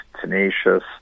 tenacious